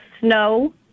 snow